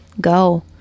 go